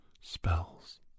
spells